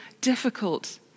difficult